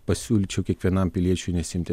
pasiūlyčiau kiekvienam piliečiui nesiimti